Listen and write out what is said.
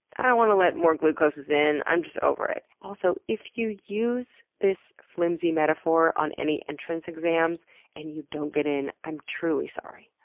i don't wanna let more glucoses in. i'm just over it. also, if you use this flimsy metaphor on any entrance exams and you don't get in, i'm truly sorry.